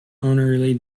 honorary